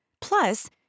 Plus